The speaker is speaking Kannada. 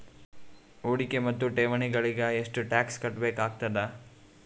ಹೂಡಿಕೆ ಮತ್ತು ಠೇವಣಿಗಳಿಗ ಎಷ್ಟ ಟಾಕ್ಸ್ ಕಟ್ಟಬೇಕಾಗತದ?